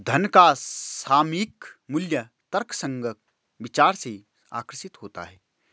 धन का सामयिक मूल्य तर्कसंग विचार से आकर्षित होता है